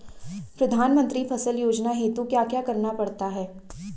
प्रधानमंत्री फसल योजना हेतु क्या क्या करना पड़ता है?